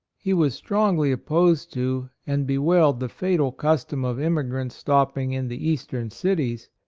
he was strongly opposed to, and bewailed the fatal custom of immigrants stopping in the eastern cities,